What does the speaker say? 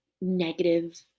negative